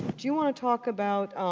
do you want talk about